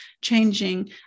changing